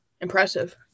Impressive